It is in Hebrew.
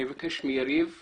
אני מבקש לשמוע את יריב מן,